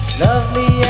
lovely